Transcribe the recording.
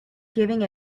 giving